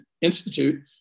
institute